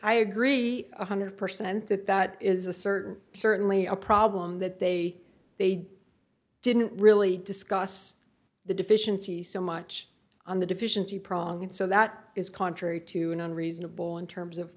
i agree one hundred percent that that is a certain certainly a problem that they they didn't really discuss the deficiency so much on the deficiency prolong it so that is contrary to an unreasonable in terms of